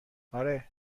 آره